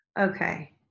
okay